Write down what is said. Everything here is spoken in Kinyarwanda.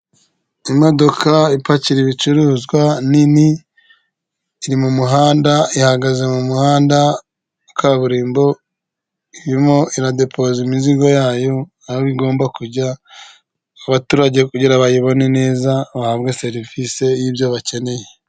Imodoka ipakira ibicuruzwa nini iri mu muhanda ihagaze mu muhanda wa kaburimbo irimo iradepoza imizigo yayo aho igomba kujya. Abaturage kugira bayibone neza bahabwe serivisi y'ibyo bakeneye.